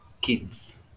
kids